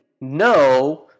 no